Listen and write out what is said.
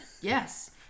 Yes